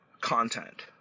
content